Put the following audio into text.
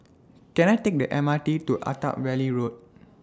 Can I Take The M R T to Attap Valley Road